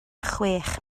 chwech